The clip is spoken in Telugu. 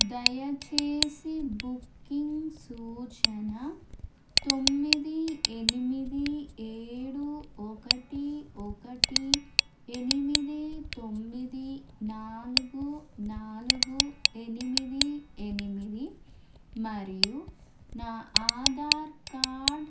దయచేసి బుకింగ్ సూచన తొమ్మిది ఎనిమిది ఏడు ఒకటి ఒకటి ఎనిమిది తొమ్మిది నాలుగు నాలుగు ఎనిమిది ఎనిమిది మరియు నా ఆధార్ కార్డ్